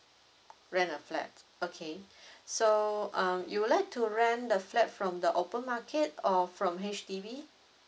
rent a flat okay so um you would like to rent the flat from the open market or from H_D_B